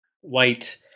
white